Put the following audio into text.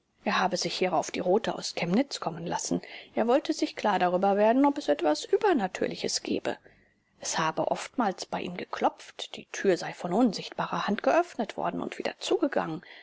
er habe sich hierauf die rothe aus chemnitz kommen lassen er wollte sich klar darüber werden ob es etwas übernatürliches gebe es habe oftmals bei ihm geklopft die tür sei von unsichtbarer hand geöffnet worden und wieder zugegangen